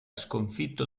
sconfitto